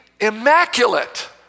immaculate